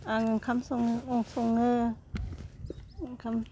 आं ओंखाम सङो ओंखाम